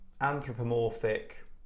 anthropomorphic